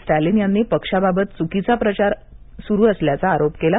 स्टॅलिन यांनी पक्षाबाबत चुकीचा प्रचार सुरू असल्याचा आरोप केला